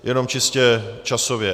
Jenom čistě časově.